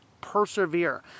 persevere